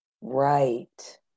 Right